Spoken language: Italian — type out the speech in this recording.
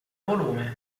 volume